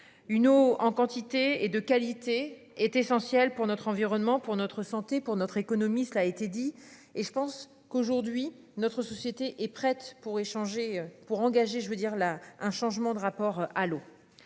Une eau en quantité et de qualité est essentielle pour notre environnement pour notre. Ressentez pour notre économie. Ça a été dit et je pense qu'aujourd'hui, notre société est prête pour échanger pour engager, je veux dire là un changement de rapport à l'eau.